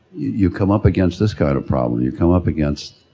you come up against this kind of problem, you come up against,